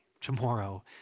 Tomorrow